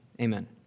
Amen